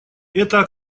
это